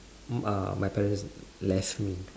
mm uh my parents left me